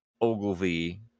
Ogilvy